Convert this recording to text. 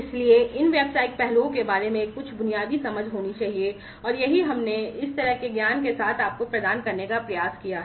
इसलिए इन व्यावसायिक पहलुओं के बारे में कुछ बुनियादी समझ होनी चाहिए और यही हमने इस तरह के ज्ञान के साथ आपको प्रदान करने का प्रयास किया है